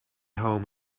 home